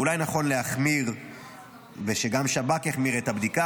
ואולי נכון להחמיר ושגם שב"כ יחמיר את הבדיקה,